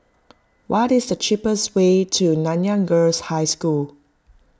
what is the cheapest way to Nanyang Girls' High School